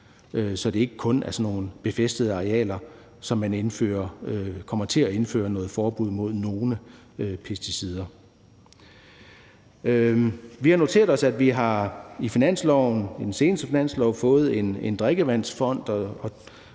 så det ikke kun er sådan nogle befæstede arealer, som man kommer til at indføre forbud mod nogle pesticider på. Vi har noteret os, at vi i den seneste finanslov har fået en drikkevandsfond,